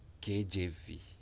KJV